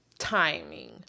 timing